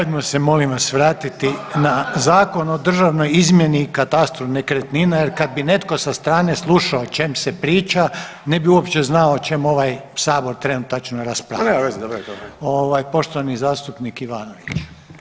Hajdemo se molim vas vratiti na Zakon o državnoj izmjeri i katastru nekretnina, jer kad bi netko sa strane slušao o čem se priča ne bi uopće znao o čemu ovaj Sabor trenutačno raspravlja [[Upadica Zekanović: Pa nema veze, dobro je to.]] Poštovani zastupnik Ivanović.